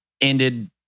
ended